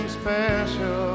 special